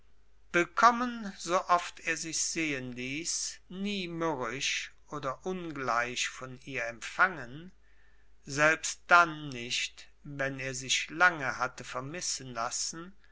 willkommen so oft er sich sehen ließ nie mürrisch oder ungleich von ihr empfangen selbst dann nicht wenn er sich lange hatte vermissen lassen